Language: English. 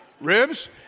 Ribs